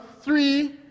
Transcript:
three